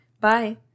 Bye